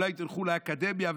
אולי תלכו לאקדמיה,